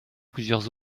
plusieurs